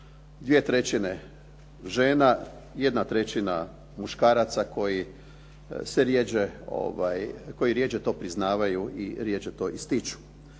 2/3 trećine žena, 1/3 muškaraca koji rjeđe to priznavaju i rjeđe to ističu.